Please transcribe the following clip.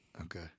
Okay